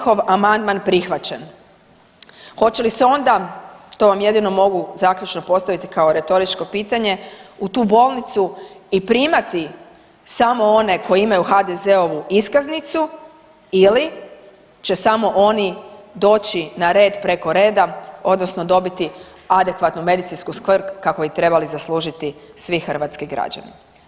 Hoće li se onda to vam jedino mogu zaključno postaviti kao retoričko pitanje, u tu bolnicu i primati samo one koji imaju HDZ-ovu iskaznicu ili će samo oni doći na red preko reda odnosno dobiti adekvatnu medicinsku skrb kakvu bi trebali zaslužiti svi hrvatski građani?